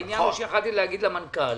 יכולתי לומר למנכ"ל: